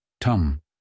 tum